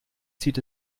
zieht